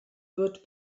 wird